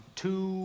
two